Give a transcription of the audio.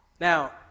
Now